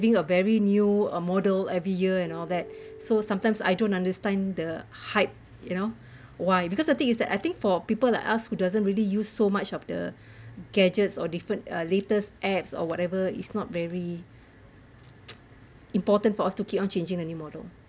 a very new uh model every year and all that so sometimes I don't understand the hype you know why because the thing is that I think for people like us who doesn't really use so much of the gadgets or different uh latest apps or whatever is not very important for us to keep on changing the new model